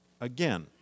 again